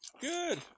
Good